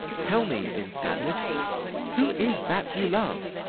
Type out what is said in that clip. tell me in sadness who is that you love?